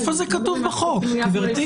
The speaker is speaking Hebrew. איפה זה כתוב בחוק, גברתי?